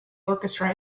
orchestra